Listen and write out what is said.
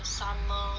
summer